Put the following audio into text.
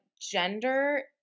gender